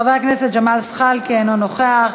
חבר הכנסת ג'מאל זחאלקה, אינו נוכח,